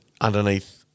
underneath